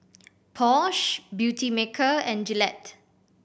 Porsche Beautymaker and Gillette